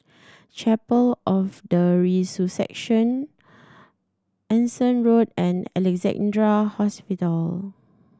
Chapel of the Resurrection Anson Road and Alexandra Hospital